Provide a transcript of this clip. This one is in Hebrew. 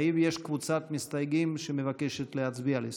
האם יש קבוצת מסתייגים שמבקשת להצביע על הסתייגויות?